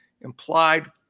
implied